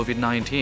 COVID-19